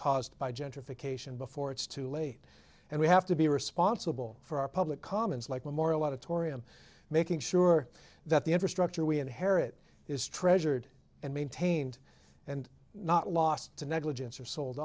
caused by gentrification before it's too late and we have to be responsible for our public commons like them or a lot of tory i'm making sure that the infrastructure we inherit is treasured and maintained and not lost to negligence or sold